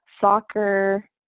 soccer